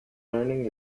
learning